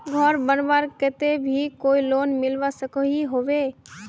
घोर बनवार केते भी कोई लोन मिलवा सकोहो होबे?